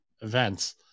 events